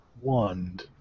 Wand